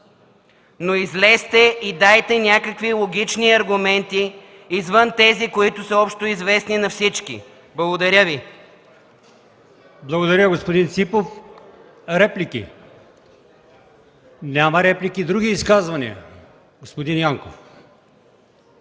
но излезте и дайте някакви логични аргументи извън тези, които са общоизвестни на всички. Благодаря Ви. ПРЕДСЕДАТЕЛ АЛИОСМАН ИМАМОВ: Благодаря, господин Ципов. Реплики? Няма реплики. Други изказвания? Господин Янков.